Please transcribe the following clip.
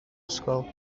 ysgol